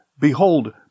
Behold